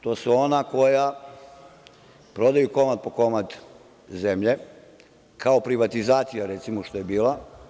To su ona koja prodaju komad po komad zemlje, kao privatizacija, recimo, što je bila.